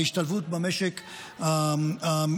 להשתלבות במשק החדש,